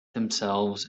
themselves